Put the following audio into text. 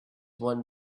one